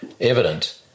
evident